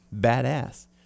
badass